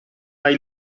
hai